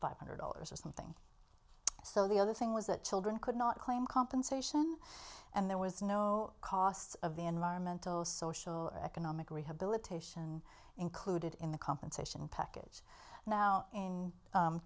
five hundred dollars or something so the other thing was that children could not claim compensation and there was no cost of the environmental social economic rehabilitation included in the compensation package now in